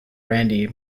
randy